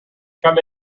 come